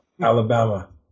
Alabama